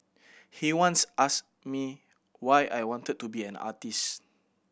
he once asked me why I wanted to be an artist